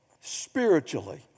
spiritually